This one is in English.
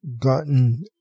gotten